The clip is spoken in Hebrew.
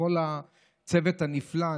לכל הצוות הנפלא.